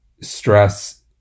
stress